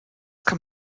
kann